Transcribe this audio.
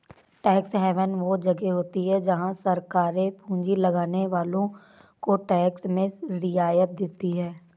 tax haven वो जगह होती हैं जहाँ सरकारे पूँजी लगाने वालो को टैक्स में रियायत देती हैं